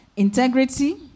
Integrity